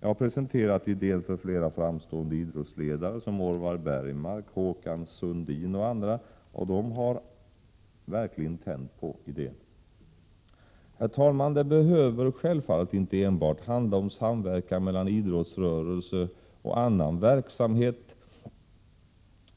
Jag har presenterat idén för flera framstående idrottsledare som Orvar Bergmark, Håkan Sundin och andra, och de har verkligen tänt på den. Herr talman! Det behöver självfallet inte handla om samverkan mellan idrottsrörelsen och annan verksamhet